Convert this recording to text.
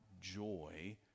joy